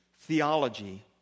theology